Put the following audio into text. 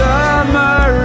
Summer